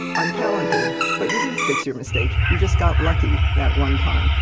i'm talented, but you didn't fix your mistake. you just got lucky that one time,